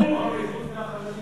להעביר, אורלי, חוץ מהחרדים,